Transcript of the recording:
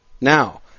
Now